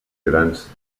grans